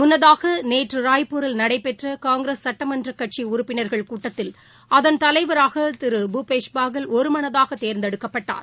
முன்னதாக நேற்று ராய்ப்பூரில் நடைபெற்ற காங்கிரஸ் சுட்டமன்றக் கட்சி உறுப்பினர்கள் கூட்டத்தில் அதன் தலைவராக திரு பூபேஷ் பாகல் ஒருமனதாக தேர்ந்தெடுக்கப்பட்டார்